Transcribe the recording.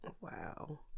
Wow